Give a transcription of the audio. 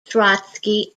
trotsky